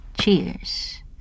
Cheers